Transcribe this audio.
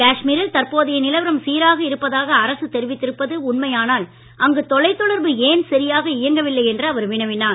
காஷ்மீரில் தற்போதைய நிலவரம் சீராக இருப்பதாக அரசு தெரிவித்திருப்பது உண்மையானால் அங்கு தொலைதொடர்பு ஏன் சரியாக இயங்கவில்லை என்று அவர் வினவினார்